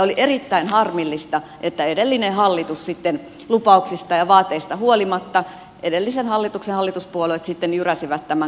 oli erittäin harmillista että lupauksista ja vaateista huolimatta edellisen hallituksen hallituspuolueet sitten jyräsivät tämän kampanjakattoajatuksen